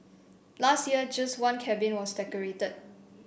last year just one cabin was decorated